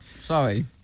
Sorry